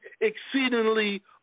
exceedingly